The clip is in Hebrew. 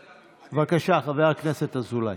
בבקשה, חבר הכנסת אזולאי.